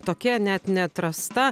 tokia net neatrasta